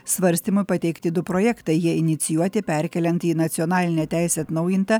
svarstymui pateikti du projektai jie inicijuoti perkeliant į nacionalinę teisę atnaujintą